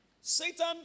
Satan